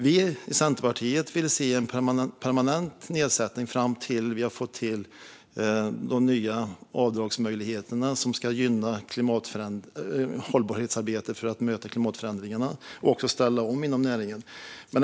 Vi i Centerpartiet vill se en permanent nedsättning fram tills vi har infört de nya avdragsmöjligheter som ska gynna hållbarhetsarbetet för att möta klimatförändringarna och också ställa om inom näringen. Fru talman!